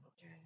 okay